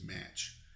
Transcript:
match